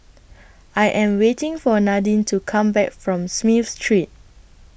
I Am waiting For Nadine to Come Back from Smith Street